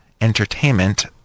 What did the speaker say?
entertainment